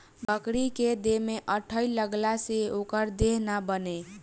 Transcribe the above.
बकरी के देह में अठइ लगला से ओकर देह ना बने